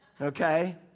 okay